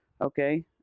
okay